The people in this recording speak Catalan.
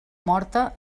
morta